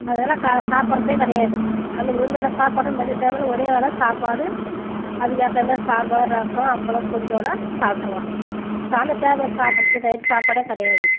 அதனால சாப்பிட்றத்தே கிடையாது அந்த ஒரு வேளை சாப்பாடு மதிய டைமில் ஒரே வேளை சாப்பாடு அதுக்கு ஏற்ற மாரி சாம்பார் ரசம் அப்பளம் பொரியலோடு சாப்பிட்ருவான் சாயந்தர டைமில் சாப்பிட்றது நைட்டு சாப்பாடே கிடையாது